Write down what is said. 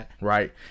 Right